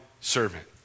servant